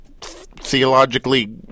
theologically